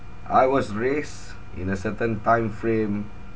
I was raised in a certain time frame